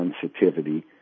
sensitivity